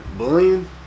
bullying